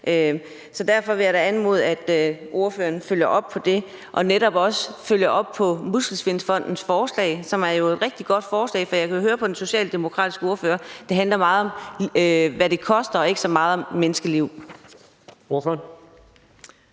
Så derfor vil jeg da anmode om, at ordføreren følger op på det, og netop også følger op på Muskelsvindfondens forslag, som er et rigtig godt forslag. For jeg kan jo høre på den socialdemokratiske ordfører, at det meget handler om, hvad det koster, og ikke så meget om menneskeliv.